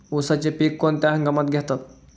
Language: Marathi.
उसाचे पीक कोणत्या हंगामात घेतात?